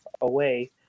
away